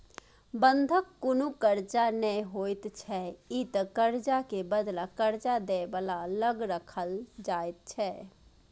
बंधक कुनु कर्जा नै होइत छै ई त कर्जा के बदला कर्जा दे बला लग राखल जाइत छै